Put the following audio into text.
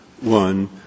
One